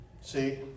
See